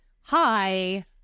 Hi